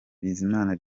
bizimana